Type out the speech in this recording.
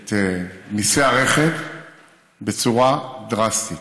אני אוריד את מיסי הרכב בצורה דרסטית.